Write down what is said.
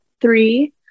three